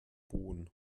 boden